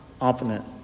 opponent